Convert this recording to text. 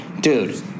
Dude